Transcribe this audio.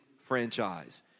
franchise